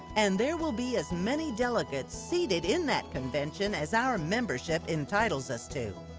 and there will be as many delegates seated in that convention as our membership entitles us to.